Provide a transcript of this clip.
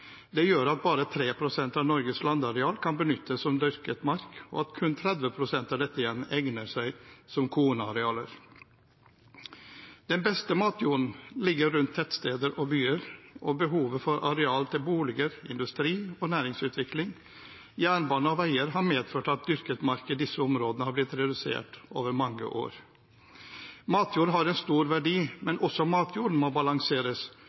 Det gjør at bare 3 pst. av Norges landareal kan benyttes som dyrket mark, og at kun 30 pst. av dette igjen egner seg som kornarealer. Den beste matjorden ligger rundt tettsteder og byer, og behovet for areal til boliger, industri- og næringsutvikling, jernbane og veier har medført at dyrket mark i disse områdene har blitt redusert over mange år. Matjord har en stor verdi, men også matjorden må balanseres